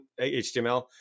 HTML